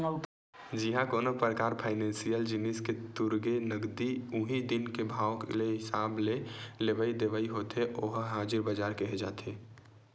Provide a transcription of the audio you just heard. जिहाँ कोनो परकार फाइनेसियल जिनिस के तुरते नगदी उही दिन के भाव के हिसाब ले लेवई देवई होथे ओला हाजिर बजार केहे जाथे